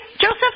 Joseph